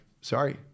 sorry